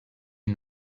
you